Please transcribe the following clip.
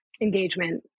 engagement